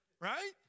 Right